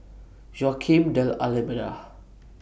Joaquim D'almeida